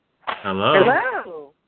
Hello